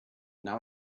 now